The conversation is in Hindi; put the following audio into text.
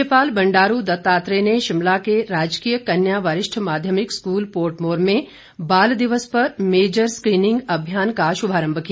राज्यपाल बंडारू दत्तात्रेय ने शिमला के राजकीय कन्या वरिष्ठ माध्यमिक स्कूल पोर्टमोर में बाल दिवस पर मेजर स्क्रीनिंग अभियान का शुभारंभ किया